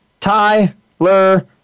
Tyler